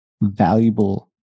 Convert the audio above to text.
valuable